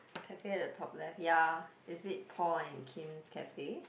I feel the top left ya is it Paul and Kin's cafe